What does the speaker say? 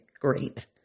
great